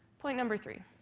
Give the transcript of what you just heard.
point number three,